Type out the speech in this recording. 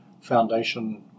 foundation